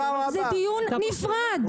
זה דיון נפרד.